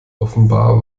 offenbar